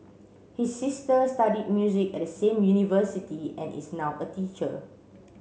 his sister studied music at the same university and is now a teacher